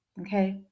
Okay